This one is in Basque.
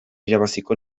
irabaziko